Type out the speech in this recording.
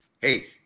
Hey